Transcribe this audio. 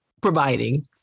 providing